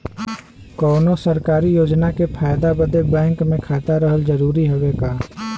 कौनो सरकारी योजना के फायदा बदे बैंक मे खाता रहल जरूरी हवे का?